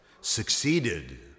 succeeded